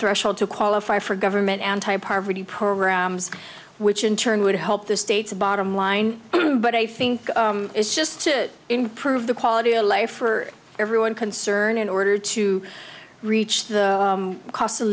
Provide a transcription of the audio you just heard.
threshold to qualify for government anti poverty programs which in turn would help the states by on line but i think it's just to improve the quality of life for everyone concerned in order to reach the cost of